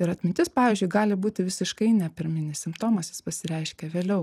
ir atmintis pavyzdžiui gali būti visiškai ne pirminis simptomas jis pasireiškia vėliau